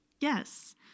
Yes